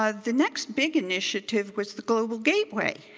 ah the next big initiative was the global gateway.